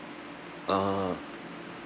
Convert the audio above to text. ah